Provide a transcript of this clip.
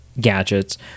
gadgets